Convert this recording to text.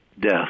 death